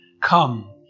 Come